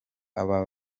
aba